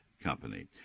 company